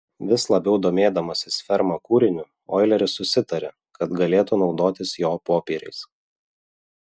vis labiau domėdamasis ferma kūriniu oileris susitarė kad galėtų naudotis jo popieriais